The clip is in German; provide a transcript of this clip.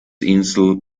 insel